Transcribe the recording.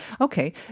Okay